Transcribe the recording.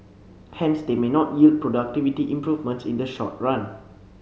hence they may not yield productivity improvements in the short run